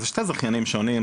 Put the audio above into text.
אלה שני זכיינים שונים,